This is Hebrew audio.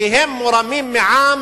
כי הם מורמים מעם,